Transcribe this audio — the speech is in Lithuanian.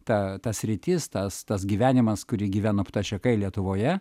ta ta sritis tas tas gyvenimas kurį gyveno ptašekai lietuvoje